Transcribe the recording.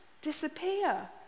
disappear